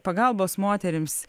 pagalbos moterims